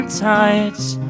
tides